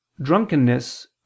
drunkenness